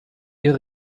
ihr